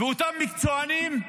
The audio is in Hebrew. ואותם מקצוענים,